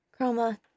Chroma